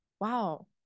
wow